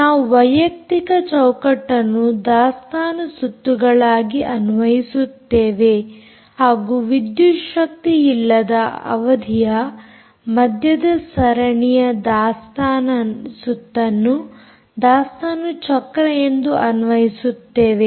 ನಾವು ವೈಯಕ್ತಿಕ ಚೌಕಟ್ಟನ್ನು ದಾಸ್ತಾನು ಸುತ್ತುಗಳಾಗಿ ಅನ್ವಯಿಸುತ್ತೇವೆ ಹಾಗೂ ವಿದ್ಯುತ್ ಶಕ್ತಿಯಿಲ್ಲದ ಅವಧಿಯ ಮಧ್ಯದ ಸರಣಿ ದಾಸ್ತಾನು ಸುತ್ತನ್ನು ದಾಸ್ತಾನು ಚಕ್ರ ಎಂದು ಅನ್ವಯಿಸುತ್ತೇವೆ